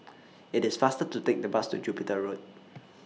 IT IS faster to Take The Bus to Jupiter Road